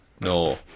No